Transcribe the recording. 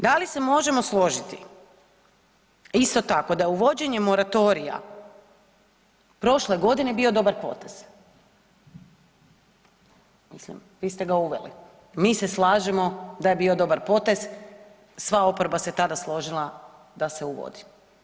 Da li se možemo složiti isto tako da je uvođenje moratorija prošle godine bio dobar potez, mislim vi ste ga uveli, mi se slažemo da je bio dobar potez, sva oporba se tada složila da se uvodi.